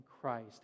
Christ